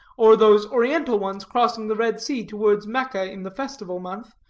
or those oriental ones crossing the red sea towards mecca in the festival month,